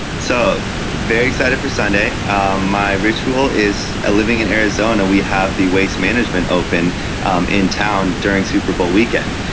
so very excited for sunday my ritual is ah living in arizona. we have the waste management open in town during super bowl weekend.